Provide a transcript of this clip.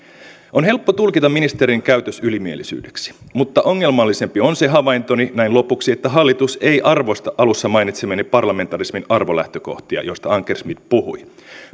on helppo tulkita ministerin käytös ylimielisyydeksi mutta ongelmallisempi on se havaintoni näin lopuksi että hallitus ei arvosta alussa mainitsemiani parlamentarismin arvolähtökohtia joista ankersmit puhui